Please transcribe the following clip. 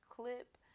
clip